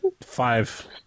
Five